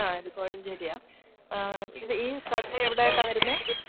ആ ഇത് കോഴഞ്ചേരിയാ ഇത് ഈ കട എവിടെ ആയിട്ടാ വരുന്നത്